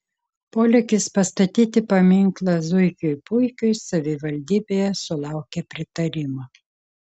polėkis pastatyti paminklą zuikiui puikiui savivaldybėje sulaukė pritarimo